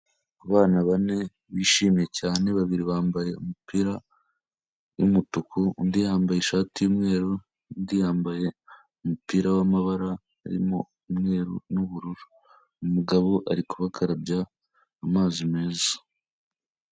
Ku bana bane bishimye cyane, babiri bambaye umupira w'umutuku, undi yambaye ishati y'umweru, undi yambaye umupira w'amabara arimo umweru n'ubururu, umugabo ari kubakarabya amazi meza.